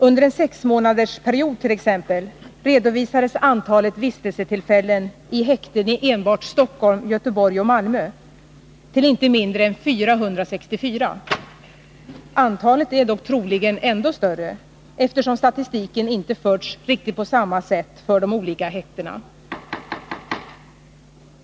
Under en sexmånadersperiod t.ex. redovisades antalet vistelsetillfällen i häkten i enbart Stockholm, Göteborg och Malmö till inte mindre än 464. Antalet är dock troligen ändå större, eftersom statistiken inte förts på riktigt samma sätt för de olika häktena.